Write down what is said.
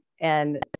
And-